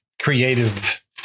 creative